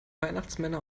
weihnachtsmänner